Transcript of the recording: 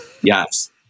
Yes